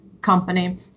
company